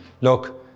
look